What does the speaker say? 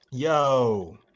Yo